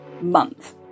month